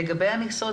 לגבי המכסות,